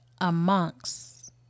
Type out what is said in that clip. amongst